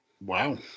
Wow